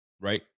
Right